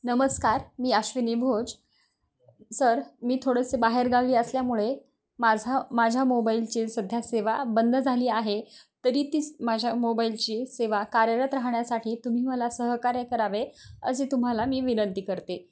नमस्कार मी आश्विनी भोज सर मी थोडेसे बाहेरगावी असल्यामुळे माझा माझ्या मोबाईलची सध्या सेवा बंद झाली आहे तरी तीच माझ्या मोबाईलची सेवा कार्यरत राहण्यासाठी तुम्ही मला सहकार्य करावे असे तुम्हाला मी विनंती करते